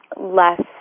less